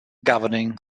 governing